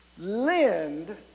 Lend